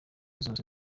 zose